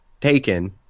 taken